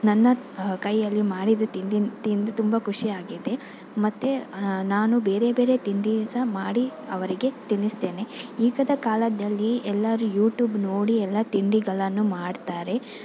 ನನ್ನ ಕೈಯಲ್ಲಿ ಮಾಡಿದ ತಿಂಡಿ ತಿಂದು ತುಂಬ ಖುಷಿ ಆಗಿದೆ ಮತ್ತು ನಾನು ಬೇರೆ ಬೇರೆ ತಿಂಡಿ ಸಹ ಮಾಡಿ ಅವರಿಗೆ ತಿನ್ನಿಸ್ತೇನೆ ಈಗಿನ ಕಾಲದಲ್ಲಿ ಎಲ್ಲರೂ ಯೂಟ್ಯೂಬ್ ನೋಡಿ ಎಲ್ಲ ತಿಂಡಿಗಳನ್ನು ಮಾಡ್ತಾರೆ